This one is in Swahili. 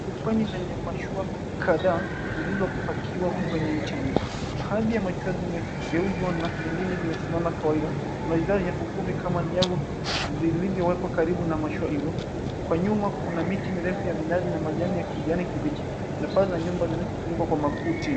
Ufukweni lenye mashua kadhaa, zilizopakiwa kwenye mchanga. Baadhi ya mashua zimegeuzwa na nyingine zimesimama kawaida. Kuna idhaa ya uvuvi kama nyavu zilizowekwa karibu na mashua hizo. Kwa nyuma kuna miti mirefu na majani ya kijani kibichi, na paa za nyumba zilizofunikwa kwa makuti.